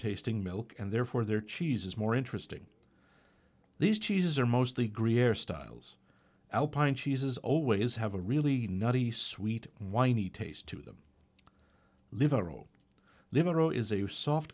tasting milk and therefore their cheese is more interesting these cheeses are mostly green hair styles alpine cheeses always have a really nutty sweet whiny taste to them liberal liberal is a soft